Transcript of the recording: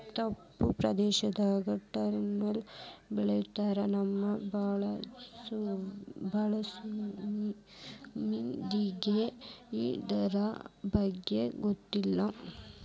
ತಪ್ಪು ಪ್ರದೇಶದಾಗ ಟರ್ನಿಪ್ ಬೆಳಿತಾರ ನಮ್ಮ ಬೈಲಸೇಮಿ ಮಂದಿಗೆ ಇರ್ದಬಗ್ಗೆ ಗೊತ್ತಿಲ್ಲ